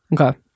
Okay